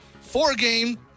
four-game